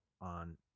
on